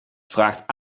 vraagt